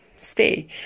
stay